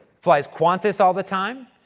flies qantas all the time.